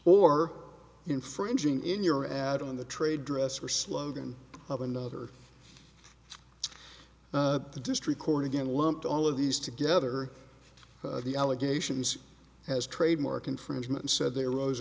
or infringing in your ad on the trade dress or slogan of another the district court again lumped all of these together the allegations as trademark infringement said they arose